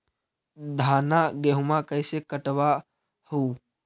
धाना, गेहुमा कैसे कटबा हू?